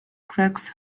crux